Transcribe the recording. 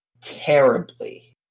terribly